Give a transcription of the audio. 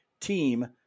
team